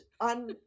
on